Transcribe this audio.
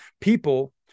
people